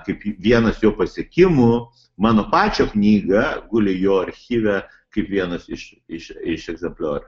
kaip vienas jo pasiekimų mano pačio knyga guli jo archyve kaip vienas iš iš iš egzempliorių